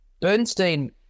Bernstein